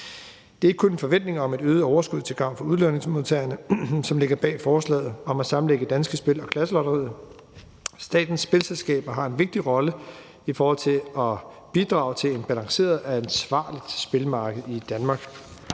Det er ikke kun en forventning om et øget overskud til gavn for udlodningsmodtagerne, som ligger bag forslaget om at sammenlægge Danske Spil og Klasselotteriet. Statens spilselskaber har en vigtig rolle i forhold til at bidrage til et balanceret og ansvarligt spilmarked i Danmark.